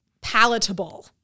palatable